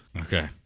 Okay